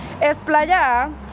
esplaya